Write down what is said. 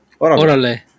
Orale